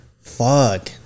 fuck